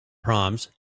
proms